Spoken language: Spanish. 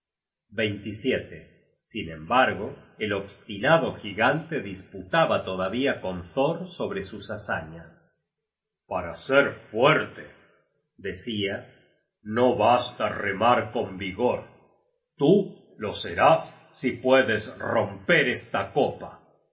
montañas sin embargo el obstinado gigante disputaba todavía con thor sobre sus hazañas para ser fuerte decia no basta remar con vigor tú lo serás si puedes romper esta copa